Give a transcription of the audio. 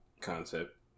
concept